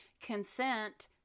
consent